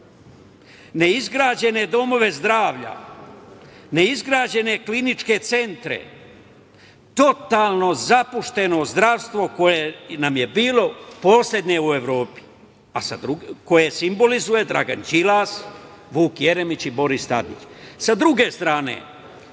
neizgrađene domove zdravlja, neizgrađene kliničke centre, totalno zapušteno zdravstvo koje nam je bilo poslednje u Evropi, koje simbolizuje Dragan Đilas, Vuk Jeremić i Boris Tadić.